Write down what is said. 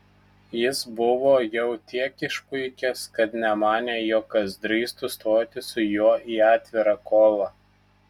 jis buvo jau tiek išpuikęs kad nemanė jog kas drįstų stoti su juo į atvirą kovą